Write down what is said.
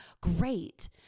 great